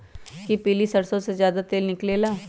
कि पीली सरसों से ज्यादा तेल निकले ला?